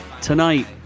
tonight